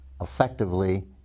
effectively